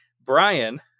Brian